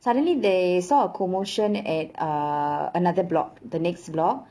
suddenly they saw a commotion at uh another block the next block